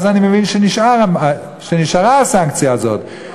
אז אני מבין שנשארה הסנקציה הזאת.